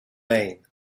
maine